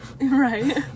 Right